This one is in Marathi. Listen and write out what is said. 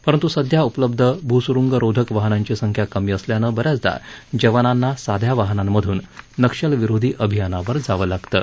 परंतु सध्या उपलब्ध भूसुरुंगरोधक वाहनांची संख्या कमी असल्यानं ब याचदा जवानांना साध्या वाहनांमधून नक्षलविरोधी अभियानावर जावं लागतं